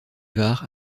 var